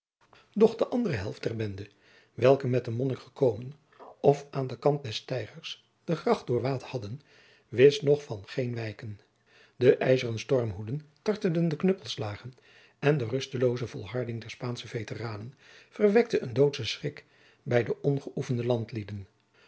de andere helft der bende welke met den monnik gekomen of aan den kant des steigers de gracht doorwaad hadden wist nog van geen wijken de ijzeren stormhoeden tarteden de knuppelslagen en de rustelooze volharding der spaansche veteranen verwekte een doodschen schrik bij de ongeoefende